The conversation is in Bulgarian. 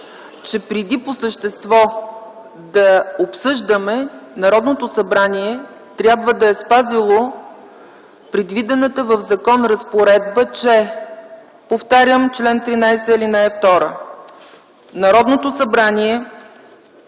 че преди по същество да обсъждаме, Народното събрание трябва да е спазило предвидената в закон разпоредба, че, повтарям, чл. 13, ал. 2: „Народното събрание